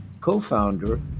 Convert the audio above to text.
co-founder